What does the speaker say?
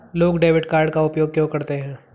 लोग debit card का उपयोग क्यों करते हैं?